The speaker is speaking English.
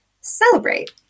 celebrate